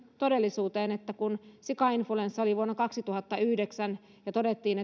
todellisuuteen että kun sikainfluenssa oli vuonna kaksituhattayhdeksän todettiin